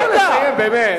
תנו לו לסיים, באמת.